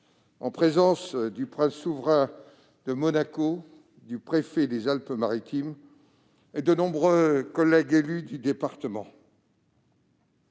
en présence du Prince souverain de Monaco, du préfet des Alpes-Maritimes et de nombreux collègues élus du département,